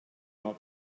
might